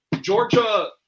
Georgia